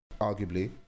Arguably